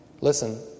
listen